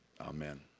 Amen